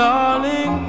Darling